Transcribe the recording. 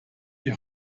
die